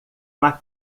uma